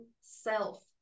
self